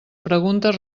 preguntes